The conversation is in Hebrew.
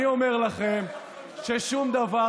אני אומר לכם ששום דבר,